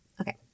Okay